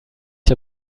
der